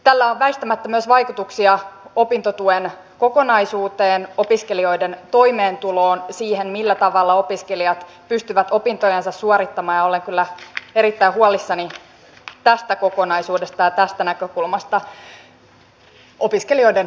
tällä on väistämättä myös vaikutuksia opintotuen kokonaisuuteen opiskelijoiden toimeentuloon siihen millä tavalla opiskelijat pystyvät opintojansa suorittamaan ja olen kyllä erittäin huolissani tästä kokonaisuudesta ja tästä näkökulmasta opiskelijoiden tulevaisuudesta